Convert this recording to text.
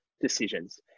decisions